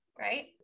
right